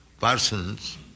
persons